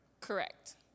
Correct